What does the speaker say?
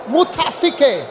Mutasike